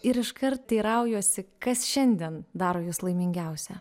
ir iškart teiraujuosi kas šiandien daro jus laimingiausia